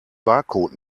barcode